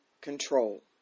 control